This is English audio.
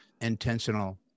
intentional